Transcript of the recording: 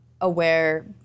aware